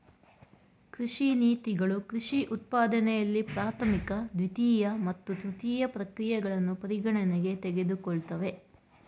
ಕೃಷಿ ನೀತಿಗಳು ಕೃಷಿ ಉತ್ಪಾದನೆಯಲ್ಲಿ ಪ್ರಾಥಮಿಕ ದ್ವಿತೀಯ ಮತ್ತು ತೃತೀಯ ಪ್ರಕ್ರಿಯೆಗಳನ್ನು ಪರಿಗಣನೆಗೆ ತೆಗೆದುಕೊಳ್ತವೆ